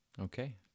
Okay